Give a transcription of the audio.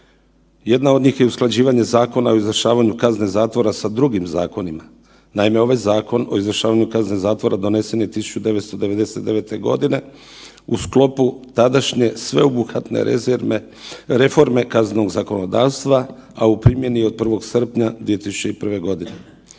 Jedna od njih je usklađivanje Zakona o izvršavanju kazne zatvora sa drugim zakonima. Naime, ovaj Zakon o izvršavanju kazne zatvora donesen je 1999.g. u sklopu tadašnje sveobuhvatne reforme kaznenog zakonodavstva, a u primjeni je od 1. srpnja 2001.g.